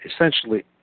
essentially